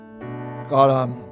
God